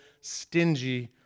stingy